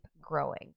growing